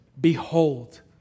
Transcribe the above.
Behold